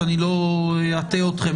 שאני לא אטעה אתכם,